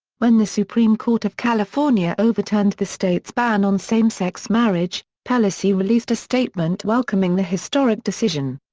when the supreme court of california overturned the state's ban on same-sex marriage, pelosi released a statement welcoming the historic decision.